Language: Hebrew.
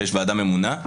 כשיש ועדה ממונה.